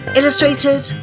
illustrated